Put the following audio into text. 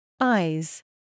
Eyes